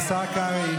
כבר הלכה לי דקה.